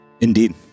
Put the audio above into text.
Indeed